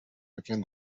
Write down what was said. became